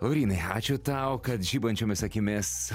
laurynai ačiū tau kad žibančiomis akimis